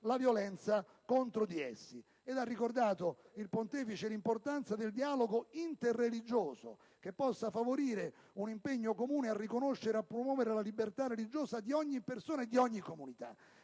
la violenza contro di essi». Il Pontefice ha ricordato l'importanza del dialogo interreligioso, che possa favorire «un impegno comune a riconoscere e promuovere la libertà religiosa di ogni persona e di ogni comunità».